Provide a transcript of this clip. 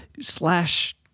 slash